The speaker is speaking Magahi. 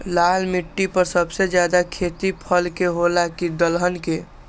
लाल मिट्टी पर सबसे ज्यादा खेती फल के होला की दलहन के?